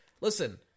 listen